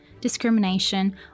discrimination